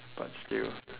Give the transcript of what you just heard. but still